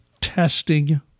Testing